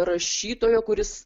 rašytojo kuris